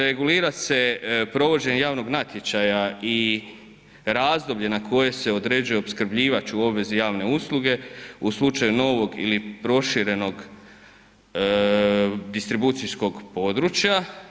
Regulira se provođenje javnog natječaja i razdoblje na koje se određuje opskrbljivač u obvezi javne usluge u slučaju novog ili proširenog distribucijskog područja.